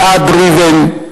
אלעד ריבן,